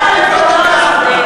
מוזמן לעבור ללוד.